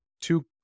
two